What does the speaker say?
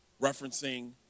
referencing